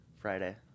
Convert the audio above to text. Friday